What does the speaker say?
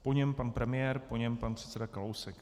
Po něm pan premiér, po něm pan předseda Kalousek.